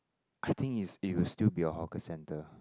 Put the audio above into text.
I think it's it will still be a hawker centre